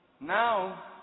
Now